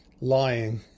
Lying